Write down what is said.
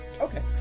Okay